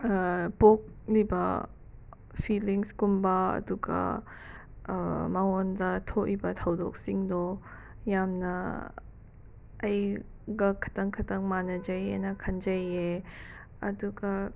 ꯄꯣꯛꯂꯤꯕ ꯐꯤꯂꯤꯡꯁꯀꯨꯝꯕ ꯑꯗꯨꯒ ꯃꯉꯣꯟꯗ ꯊꯣꯛꯏꯕ ꯊꯧꯗꯣꯛꯁꯤꯡꯗꯣ ꯌꯥꯝꯅ ꯑꯩꯒ ꯈꯤꯇꯪ ꯈꯤꯇꯪ ꯃꯥꯅꯖꯩꯑꯦꯅ ꯈꯟꯖꯩꯌꯦ ꯑꯗꯨꯒ